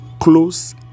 close